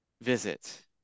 visit